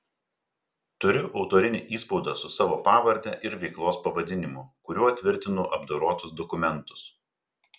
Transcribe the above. turiu autorinį įspaudą su savo pavarde ir veiklos pavadinimu kuriuo tvirtinu apdorotus dokumentus